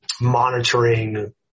monitoring